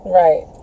right